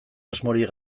asmorik